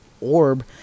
orb